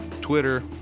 Twitter